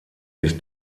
sich